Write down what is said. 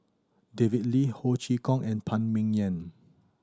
David Lee Ho Chee Kong and Phan Ming Yen